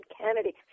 Kennedy